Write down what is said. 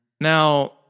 Now-